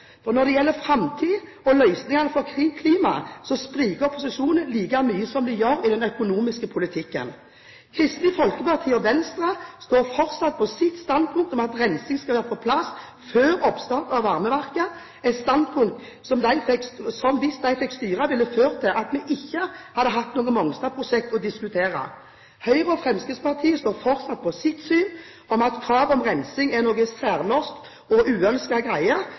Når det gjelder framtiden og løsningene for klimaet, spriker opposisjonen like mye som de gjør i den økonomiske politikken. Kristelig Folkeparti og Venstre står fortsatt på sitt standpunkt om at rensing skal være på plass før oppstart av varmeverket – et standpunkt, som hvis de fikk styre, ville ført til at vi ikke hadde hatt noe Mongstad-prosjekt å diskutere. Høyre og Fremskrittspartiet står fortsatt på sitt syn om at kravet om rensing er noe særnorsk og